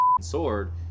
sword